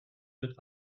wird